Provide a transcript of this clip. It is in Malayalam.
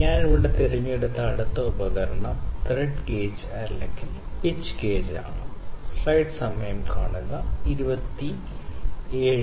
ഞാൻ ഇവിടെ തിരഞ്ഞെടുക്കുന്ന അടുത്ത ഉപകരണം ത്രെഡ് ഗേജ് അല്ലെങ്കിൽ പിച്ച് ഗേജ് ആണ്